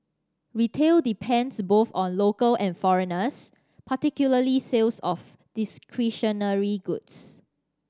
retail depends both on local and foreigners particularly sales of discretionary goods